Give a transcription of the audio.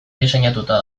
diseinatuta